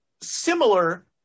similar